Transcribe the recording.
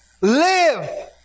live